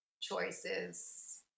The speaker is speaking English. choices